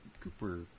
cooper